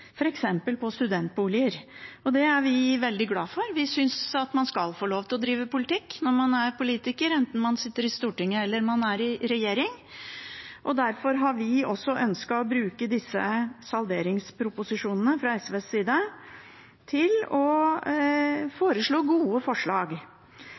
studentboliger. Det er vi veldig glad for. Vi synes man skal få lov til å drive med politikk når man er politiker, enten man sitter i Stortinget eller man er i regjering. Derfor har vi fra SVs side ønsket å bruke disse salderingsproposisjonene